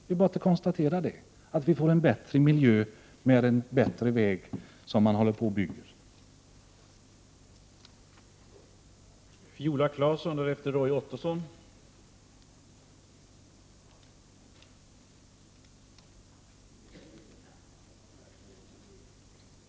Det är bara att konstatera att vi får en bättre miljö med den bättre väg som man nu håller på med att bygga.